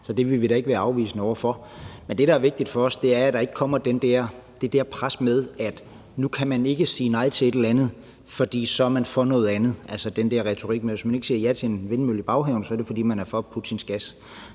Så det vil vi da ikke være afvisende over for. Men det, der er vigtigt for os, er, at der ikke kommer det der pres med, at nu kan man ikke sige nej til et eller andet, for så er man for noget andet – altså, den der retorik med, at hvis man ikke siger ja til en vindmølle i baghaven, så er det, fordi man er for Putins gas.